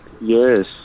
Yes